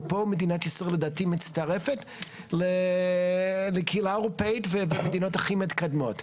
ופה מדינת ישראל לדעתי מצטרפת לקהילה אירופאית וקהילות הכי מתקדמות.